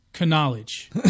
Knowledge